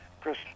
Chris